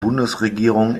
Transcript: bundesregierung